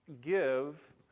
give